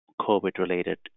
COVID-related